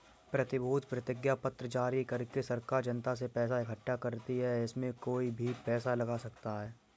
प्रतिभूति प्रतिज्ञापत्र जारी करके सरकार जनता से पैसा इकठ्ठा करती है, इसमें कोई भी पैसा लगा सकता है